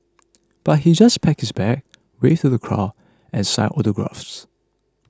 but he just packed his bag waved to the crowd and signed autographs